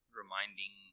reminding